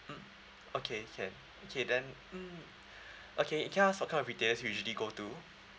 mm okay can okay then mm okay can I ask what kind of retails you usually go to